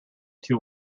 too